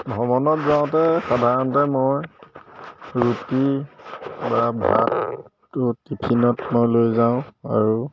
ভ্ৰমণত যাওঁতে সাধাৰণতে মই ৰুটি বা ভাতটো টিফিনত মই লৈ যাওঁ আৰু